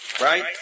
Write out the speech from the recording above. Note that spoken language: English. right